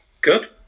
Good